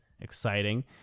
exciting